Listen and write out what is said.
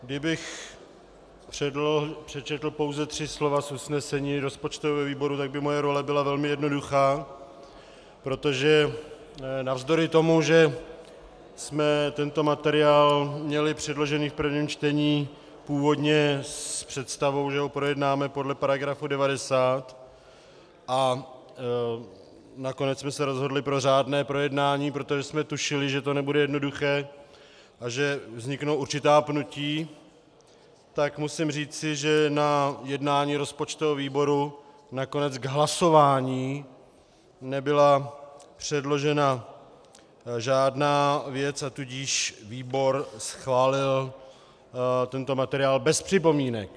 Kdybych přečetl pouze tři slova z usnesení rozpočtového výboru, moje role by byla velmi jednoduchá, protože navzdory tomu, že jsme tento materiál měli předložený v prvním čtení původně s představou, že ho projednáme podle § 90, a nakonec jsme se rozhodli pro řádné projednání, protože jsem tušili, že to nebude jednoduché a že vzniknou určitá pnutí, tak musím říci, že na jednání rozpočtového výboru nakonec k hlasování nebyla předložena žádná věc, a tudíž výbor schválil tento materiál bez připomínek.